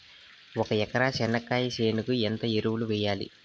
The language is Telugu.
ఒక ఎకరా చెనక్కాయ చేనుకు ఎంత ఎరువులు వెయ్యాలి?